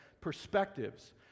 perspectives